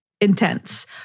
intense